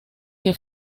que